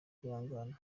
kwihangana